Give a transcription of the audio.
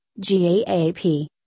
GAAP